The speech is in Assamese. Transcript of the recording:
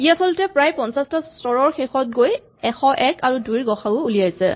ই আচলতে প্ৰায় ৫০ টা স্তৰৰ শেষত গৈ ১০১ আৰু ২ ৰ গ সা উ উলিয়াইছে